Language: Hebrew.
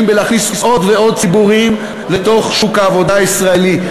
בלהכניס עוד ועוד ציבורים לתוך שוק העבודה הישראלי.